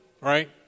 right